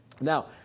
Now